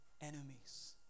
enemies